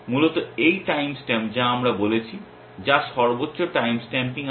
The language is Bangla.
মুলত এই টাইম স্ট্যাম্প যা আমরা বলেছি যার সর্বোচ্চ টাইম স্ট্যাম্পিং আছে